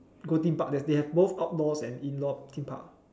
go theme park they they have both outdoors and indoor theme park